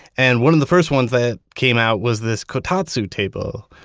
and one of the first ones that came out was this kotatsu table,